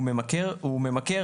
הוא ממכר.